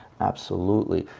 absolutely.